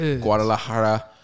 Guadalajara